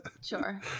Sure